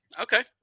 Okay